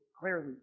clearly